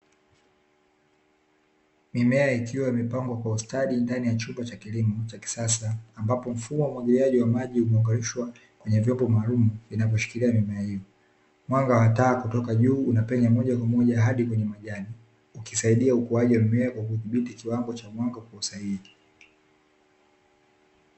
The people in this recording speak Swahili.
Mimea ikiwa imipangwa kwa ustadi ndani ya chumba cha kilimo cha kisasa ambapo mfumo wa umwagiliaji wa maji umeunganishwa kwenye vyombo maalum vinavyoshikilia mimea hiyo. Mwanga wa taa kutoka juu unapenya moja kwa moja hadi kwenye majani, ukisaidia ukuaji wa mimea kwa kudhibiti kiwango cha mwanga kwa usahihi.